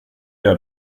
jag